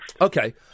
Okay